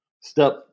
Step